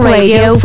Radio